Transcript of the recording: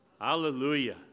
hallelujah